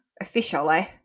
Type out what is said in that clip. officially